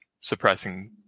suppressing